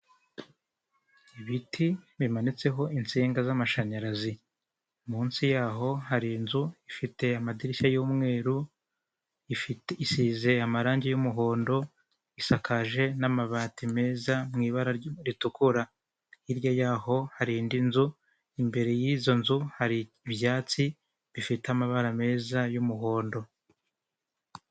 Ibiti bimanitseho insinga z'amashanyarazi. Munsi yaho hari inzu ifite amadirishya y'umweru, ifite isize amaranjye y'umuhondo, isakaje n'amabati meza mw'ibara ryu ritukura, hirya yaho hari indi nzu imbere yizo nzu hari ibyatsi bifite amabara meza y'umuhundo.